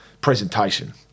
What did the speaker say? presentation